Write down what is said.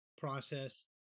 process